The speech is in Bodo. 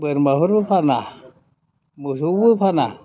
बोरमाफोरबो फाना मोसौबो फाना